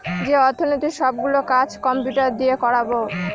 যে অর্থনীতির সব গুলো কাজ কম্পিউটার দিয়ে করাবো